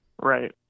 Right